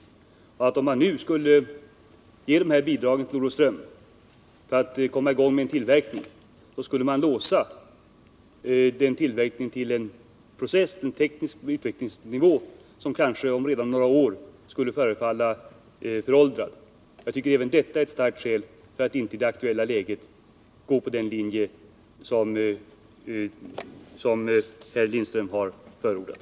Om vi i dag skulle ge det här bidraget till Olofström för att få i gång en tillverkning av gengasverktyg, skulle vi låsa en kristida tillverkning av gengasverk på en teknisk utvecklingsnivå som kanske redan om några år skulle förefalla föråldrad. Även detta är ett starkt skäl för att inte i det aktuella läget gå på den linje som Ralf Lindström har förordat.